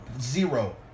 zero